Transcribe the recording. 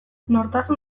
nortasun